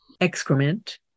excrement